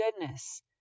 goodness